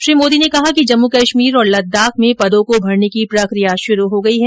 श्री मोदी ने कहा कि जम्मू कश्मीर और लद्दाख में पदों को भरने की प्रक्रिया शुरू हो गई है